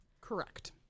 correct